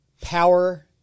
power